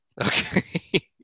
Okay